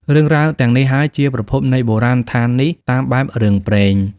រឿងរ៉ាវទាំងនេះហើយ ជាប្រភពនៃបុរាណដ្ឋាននេះតាមបែបរឿងព្រេង ។